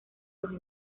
los